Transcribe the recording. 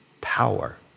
Power